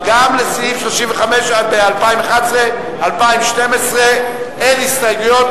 לסעיף 35 גם ב-2011, גם ב-2012, אין הסתייגויות.